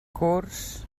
curs